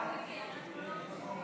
נתקבל.